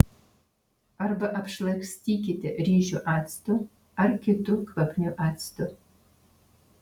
arba apšlakstykite ryžių actu ar kitu kvapniu actu